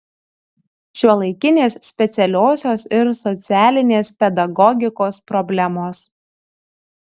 šiuolaikinės specialiosios ir socialinės pedagogikos problemos